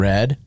Red